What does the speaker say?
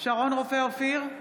שרון רופא אופיר,